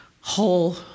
whole